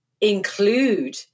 include